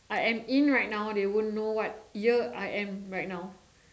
I am in right now they won't know what year I am right now